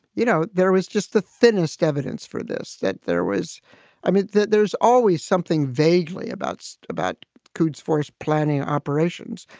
you know, there was just the thinnest evidence for this, that there was i mean, that there's always something vaguely about about quds force planning operations.